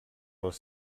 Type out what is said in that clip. les